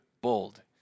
bold